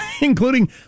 Including